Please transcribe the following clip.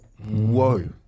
whoa